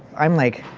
i'm like,